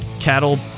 Cattle